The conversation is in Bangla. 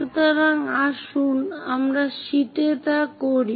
সুতরাং আসুন আমরা শীটে তা করি